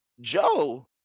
Joe